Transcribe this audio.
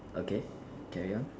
okay carry on